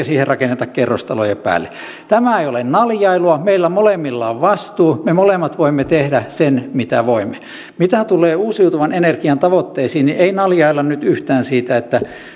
siihen rakenneta kerrostaloja päälle tämä ei ole naljailua meillä molemmilla on vastuu me molemmat voimme tehdä sen mitä voimme mitä tulee uusiutuvan energian tavoitteisiin niin ei naljailla nyt yhtään siitä